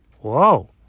Whoa